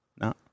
no